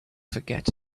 forget